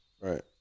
Right